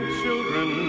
children